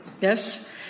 yes